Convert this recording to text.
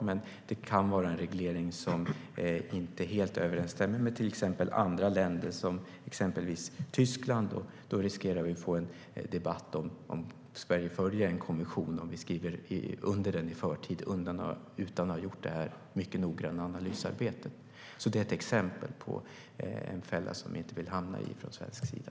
Men det kan vara en reglering som inte helt överensstämmer med regleringen i andra länder, exempelvis Tyskland, och då riskerar vi att få en debatt om Sverige följer en konvention, om vi skriver under den i förtid utan att ha gjort detta mycket noggranna analysarbete. Det är ett exempel på en fälla som vi inte vill hamna i från svensk sida.